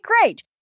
great